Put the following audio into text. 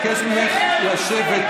אני מבקש ממך לשבת.